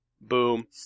boom